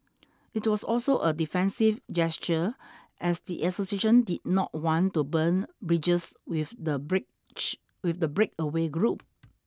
it was also a defensive gesture as the association did not want to burn bridges with the bridge with the breakaway group